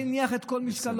על זה הניח את כל משקלו,